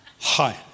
Hi